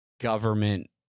government